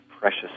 precious